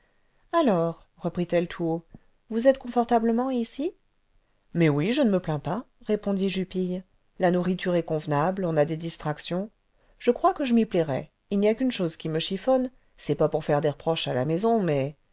alors reprit-elle tout haut vous êtes confortablement ici mais oui je ne me plains pas répondit jupille la nourriture est convenable on a des distractions je crois que je m'y plairai il n'y a qu'une chose qui me chiffonne c'est pas pour faire des reproches à la maison mais